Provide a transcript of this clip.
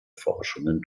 forschungen